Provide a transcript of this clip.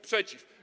Przeciw.